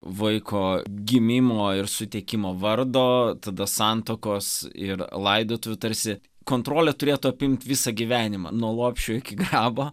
vaiko gimimo ir suteikimo vardo tada santuokos ir laidotuvių tarsi kontrolė turėtų apimt visą gyvenimą nuo lopšio iki grabo